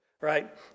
right